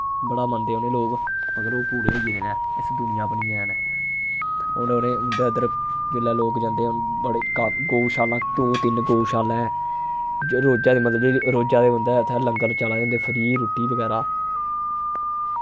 बड़ा मन्नदे उ'नेंगी लोग मगर ओह् पूरे होई गेदे न इस दुनिया पर नि हैन होर उ'नें उं'दे उद्धर जुल्लै लोक लोक जन्दे बड़े का गऊशाला दो तिन्न गऊशाला ऐ रोजा दे मतलब रोजा दे उं'दे उत्थै लंगर चला दे होंदे फ्री रुट्टी बगैरा